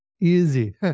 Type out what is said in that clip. easy